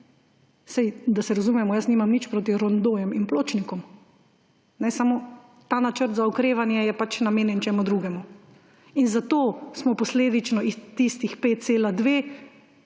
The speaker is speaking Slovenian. Saj, da se razumemo, jaz nimam nič proti rondojem in pločnikom. Ta Načrt za okrevanje je namenjen čemu drugemu. Zato smo posledično s tistih 5,2